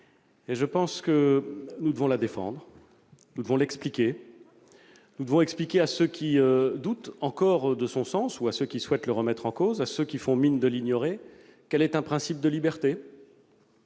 Je pense que nous devons la défendre, l'expliquer. Nous devons expliquer à ceux qui doutent encore de son sens ou souhaitent le remettre en cause, et à ceux qui font mine de l'ignorer qu'elle est un principe de liberté-